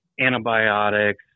antibiotics